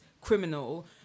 criminal